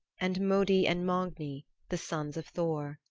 and modi and magni, the sons of thor.